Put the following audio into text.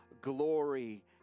glory